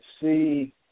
see –